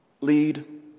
lead